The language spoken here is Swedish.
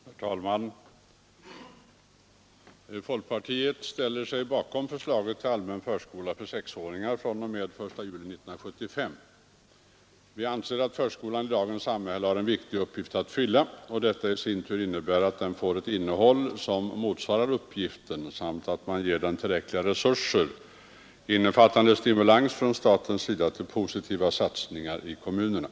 Herr talman! Folkpartiet ställer sig bakom förslaget till allmän förskola för sexåringar fr.o.m. den 1 juli 1975. Vi anser att förskolan har en viktig uppgift att fylla i dagens samhälle, och detta i sin tur innebär att den måste få ett innehåll som motsvarar uppgiften samt att man måste ge den tillräckliga resurser, innefattande stimulans från statens sida till positiva satsningar i kommunerna.